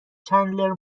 چندلر